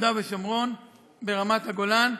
ביהודה ושומרון, ברמת-הגולן,